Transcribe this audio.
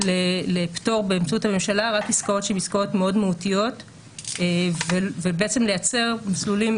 לפטור באמצעות הממשלה רק עסקאות שהן עסקאות מאוד מהותיות ולייצר מסלולים